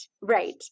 right